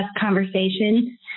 conversation